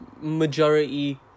majority